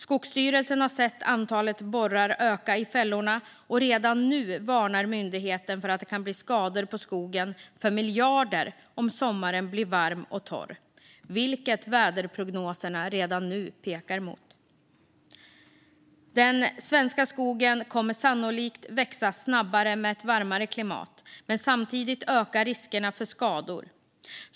Skogsstyrelsen har sett antalet borrar öka i fällorna, och redan nu varnar myndigheten för att det kan bli skador på skogen för miljarder om sommaren blir varm och torr, vilket väderprognoserna redan nu pekar mot. Den svenska skogen kommer sannolikt att växa snabbare med ett varmare klimat, men samtidigt ökar riskerna för skador.